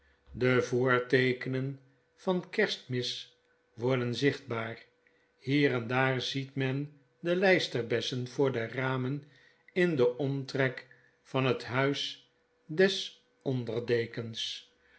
de voorteekenen van kerstmis worden zichtbaar hier en daar ziet men de lysterbessen voor de ramen in den omtrek van het huis des onder dekens de